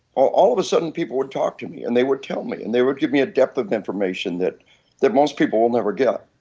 all all of a sudden people would talk to me and they would tell me and they would give me depth of information that that most people will never get.